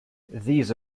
these